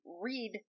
read